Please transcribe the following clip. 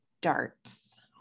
darts